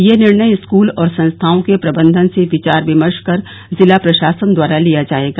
यह निर्णय स्कूल और संस्थाओं के प्रबंधन से विचार विमर्श कर जिला प्रशासन द्वारा लिया जायेगा